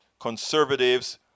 conservatives